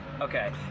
Okay